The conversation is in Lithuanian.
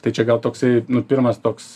tai čia gal toksai nu pirmas toks